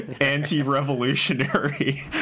anti-revolutionary